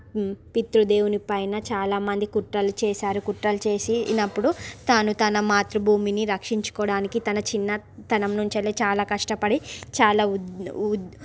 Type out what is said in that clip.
తన పిత్రు దేవుని పైన చాలామంది కుట్రలు చేశారు కుట్రలు చేసినప్పుడు తను తన మాతృభూమిని రక్షించుకోవడానికి తన చిన్నతనం నుంచి చాలా కష్టపడి చాలా యు